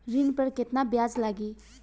ऋण पर केतना ब्याज लगी?